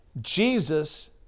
Jesus